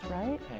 right